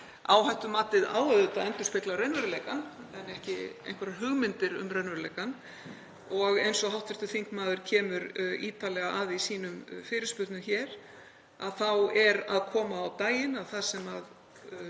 Áhættumatið á auðvitað að endurspegla raunveruleikann en ekki einhverjar hugmyndir um raunveruleikann. Eins og hv. þingmaður kemur ítarlega að í sínum fyrirspurnum hér þá er að koma á daginn það sem